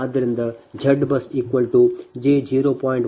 ಆದ್ದರಿಂದ ZBUSj0